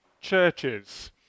churches